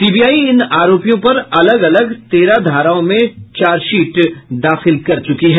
CBI इन आरोपियों पर अलग अलग तेरह धाराओं में चार्ज शीट दाखिल कर चुकी है